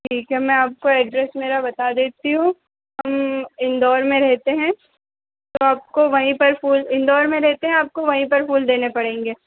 ठीक है मैं आपको एड्रेस मेरा बता देती हूँ हम इंदौर में रहते है तो आपको वही पर फूल इंदौर में रहते हैं आपको वही पर फूल देने पड़ेंगे